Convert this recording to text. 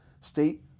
state